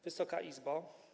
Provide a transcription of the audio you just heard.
Wysoka Izbo!